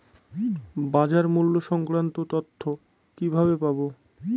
বাজার মূল্য সংক্রান্ত তথ্য কিভাবে পাবো?